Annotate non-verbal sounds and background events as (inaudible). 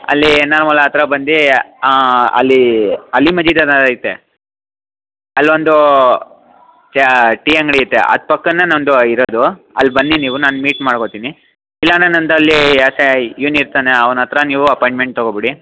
ಅಲ್ಲಿ ನಾರ್ಮೂಲ ಹತ್ರ ಬಂದು ಅಲ್ಲೀ ಅಲ್ಲಿ (unintelligible) ಐತೆ ಅಲ್ಲೊಂದು ಚಾ ಟೀ ಅಂಗಡಿ ಐತೆ ಅದು ಪಕ್ಕನೆ ನಂದೂ ಇರೋದು ಅಲ್ಲಿ ಬನ್ನಿ ನೀವು ನಾನು ಮೀಟ್ ಮಾಡ್ಕೋತಿನಿ ಇಲ್ಲ ಅಂದ್ರೆ ನಂದು ಅಲ್ಲೀ ಎಸ್ ಐ ಇವ್ನು ಇರ್ತಾನೆ ಅವ್ನ ಹತ್ರ ನೀವೂ ಅಪಾಯ್ಟ್ಮೆಂಟ್ ತಗೋಬಿಡಿ